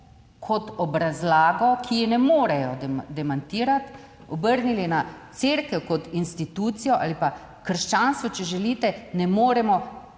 kot obrazlago, ki je ne morejo demantirati, obrnili na cerkev kot institucijo. Ali pa krščanstvo, če želite, ne moremo